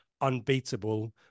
unbeatable